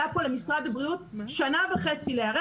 הייתה כאן למשרד הבריאות שנה וחצי להיערך